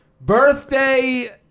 birthday